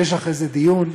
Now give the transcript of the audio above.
יש אחרי זה דיון,